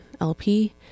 LP